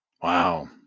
Wow